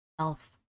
Elf